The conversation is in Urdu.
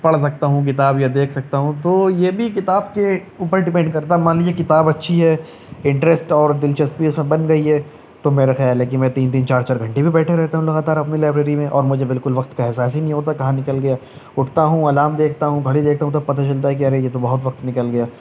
پڑھ سکتا ہوں کتاب یا دیکھ سکتا ہوں تو یہ بھی کتاب کے اوپر ڈیپینڈ کرتا مان لیجیے کتاب اچھی ہے انٹریسٹ اور دلچسپی اس میں بن گئی ہے تو میرا خیال ہے کہ میں تین تین چار چار گھنٹے بھی بیٹھے رہتا ہوں لگاتار اپنی لائبریری میں اور مجھے بالکل وقت کا احساس ہی نہیں ہوتا کہاں نکل گیا اٹھتا ہوں الارم دیکھتا ہوں گھڑی دیکھتا ہوں تب پتا چلتا ہے کہ ارے یہ تو بہت وقت نکل گیا